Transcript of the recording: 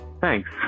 Thanks